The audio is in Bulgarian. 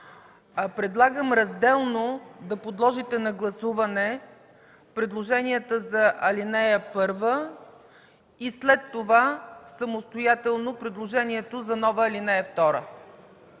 предлагам разделно да подложите на гласуване предложенията за ал. 1 и след това самостоятелно предложението за нова ал. 2.